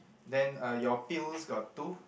then uh your pills got two